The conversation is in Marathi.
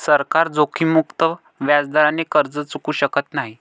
सरकार जोखीममुक्त व्याजदराने कर्ज चुकवू शकत नाही